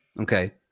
Okay